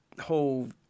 whole